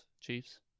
Chiefs